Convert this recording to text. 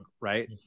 right